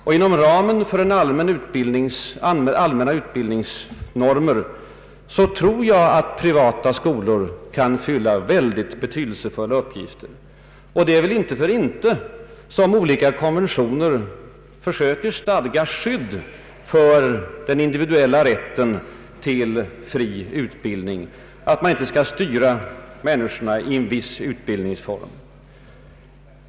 Och jag tror att privatskolor inom ramen för allmänna utbildningsnormer kan fylla mycket betydelsefulla upp gifter. Det är väl inte för inte som olika konventioner försöker stadga skydd för den individuella rätten till fri utbildning och föreskriver att man inte skall styra människorna in i vissa utbildningsfållor.